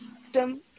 system